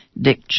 Dick